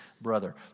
brother